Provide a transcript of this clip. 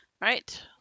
Right